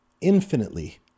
infinitely